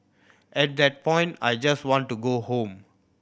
at that point I just want to go home